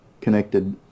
connected